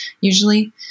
usually